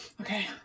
okay